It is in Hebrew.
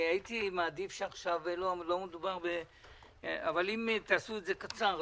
הייתי מעדיף שעכשיו לא מדובר אבל אם תעשו את זה קצר,